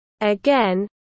Again